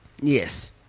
Yes